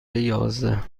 یازده